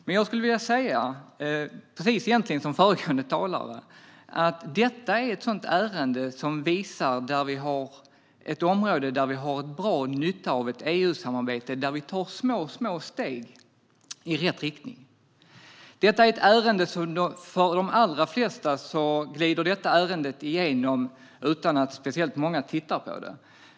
Men jag skulle vilja säga precis detsamma som föregående talare: Detta är ett sådant ärende som visar på ett område där vi har god nytta av ett EU-samarbete och där vi tar små steg i rätt riktning. Det är ett ärende som för de allra flesta glider igenom utan att man tittar på det.